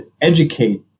educate